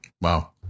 Wow